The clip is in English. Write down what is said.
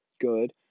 good